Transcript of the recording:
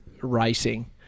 racing